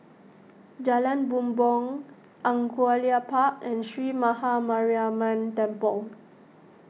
Jalan Bumbong Angullia Park and Sree Maha Mariamman Temple